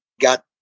got